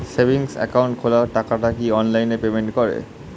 Savings account খোলা টাকাটা কি অনলাইনে পেমেন্ট করে?